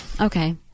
okay